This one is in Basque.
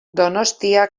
donostia